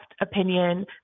opinion